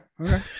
Okay